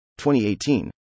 2018